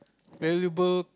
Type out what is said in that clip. valuable